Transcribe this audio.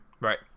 Right